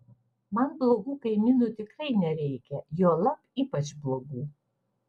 man blogų kaimynų tikrai nereikia juolab ypač blogų